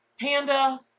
Panda